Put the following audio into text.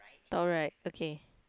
alright okay